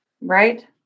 right